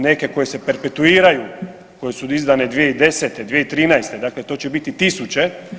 Neke koje se perpetuiraju koje su izdane 2010., 2013., dakle to će biti tisuće.